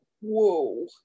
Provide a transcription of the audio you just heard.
whoa